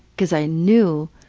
because i knew